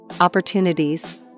opportunities